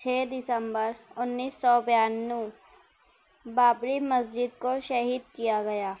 چھ دسمبر انیس سو بانوے بابری مسجد کو شہید کیا گیا